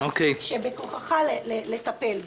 שבכוחך לטפל בו.